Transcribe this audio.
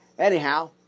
Anyhow